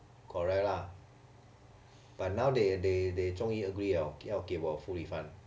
correct lah but now they they they 终于 agree liao 要给我 full refund